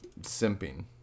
simping